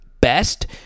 best